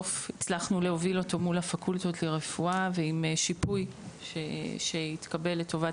שהצלחנו להוביל אותו מול הפקולטות לרפואה ועם שיפוי שהתקבל לטובת